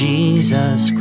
Jesus